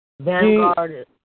Vanguard